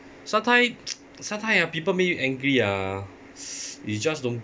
sometime sometime ah people make you angry ah you just don't